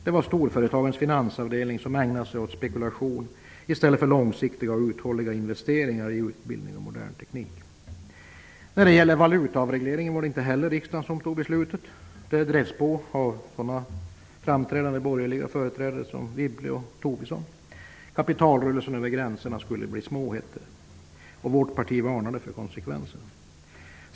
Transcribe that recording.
Det var storföretagens finansavdelningar, som ägnade sig åt spekulation i stället för långsiktiga och uthålliga investeringar i utbildning och modern teknik. När det gällde valutaavregleringen var det inte heller riksdagen som fattade beslutet. Det drevs på av sådana framträdande borgerliga företrädare som Wibble och Tobisson. Kapitalrörelserna över gränserna skulle bli små, hette det. Vårt parti varnade för konsekvenserna.